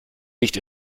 nicht